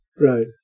right